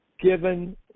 given